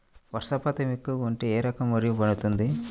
వర్షపాతం ఎక్కువగా ఉంటే ఏ రకం వరి పండుతుంది?